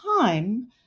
time